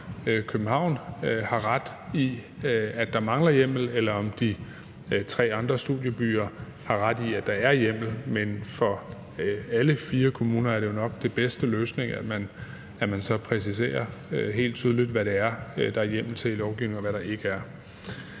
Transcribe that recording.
om København har ret i, at der mangler hjemmel, eller om de tre andre studiebyer har ret i, at der er hjemmel. Men for alle fire kommuner er det jo nok den bedste løsning, at man så helt tydeligt præciserer, hvad det er, der er hjemmel til i lovgivningen, og hvad der ikke er